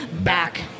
back